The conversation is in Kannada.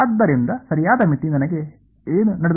ಆದ್ದರಿಂದ ಸರಿಯಾದ ಮಿತಿ ನನಗೆ ಏನು ನೀಡಲಿದೆ